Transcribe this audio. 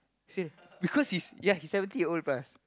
because he's ya he seventy year old plus